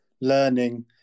learning